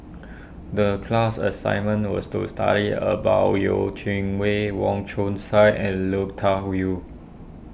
the class assignment was to study about Yeo Qing Wei Wong Chong Sai and Lui Tuck Yew